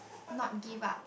not give up